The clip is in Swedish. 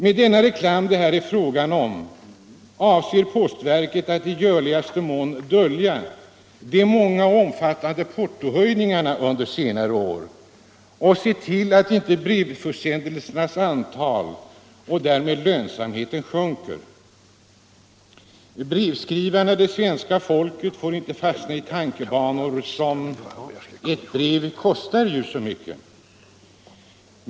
Med den reklam det här är fråga om avser postverket att i görligaste mån dölja de många och omfattande portohöjningarna under senare år och se till att inte brevförsändelsernas antal och därmed lönsamheten sjunker. Brevskrivarna —- det svenska folket — får inte fastna i tankebanor som: ”Ett brev kostar så mycket”.